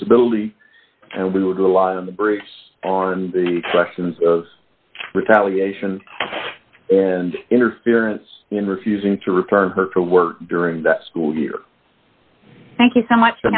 disability and we would rely on the brakes on the questions of retaliation and interference in refusing to return her to work during that school year